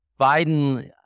Biden